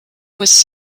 was